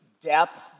depth